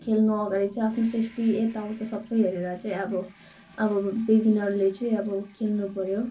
खेल्नु अगाडि चाहिँ आफ्नो सेफ्टी यता उता सबै हेरेर चाहिँ अब अब बिगिनरले चाहिँ खेल्न पर्यो